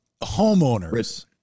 homeowners